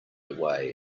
away